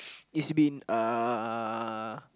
it's been uh